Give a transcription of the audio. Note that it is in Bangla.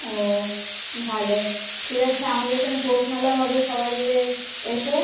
ও ভালো ঠিক আছে আমাদের এখানে পৌষ মেলা হবে সবাই মিলে এসো